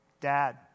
dad